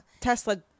Tesla